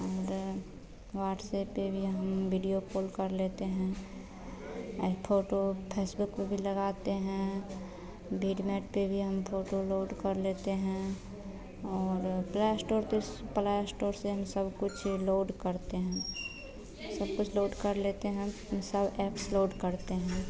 और व्हाट्सएप पर भी हम वीडियो कॉल कर लेते हैं ई फ़ोटो फ़ेसबुक पर भी लगाते हैं विडमेट पर भी हम फ़ोटो लोड कर लेते हैं और प्ले स्टोर पर प्ले स्टोर से हम सबकुछ लोड करते हैं सबकुछ लोड कर लेते हम इन सब ऐप्स लोड करते हैं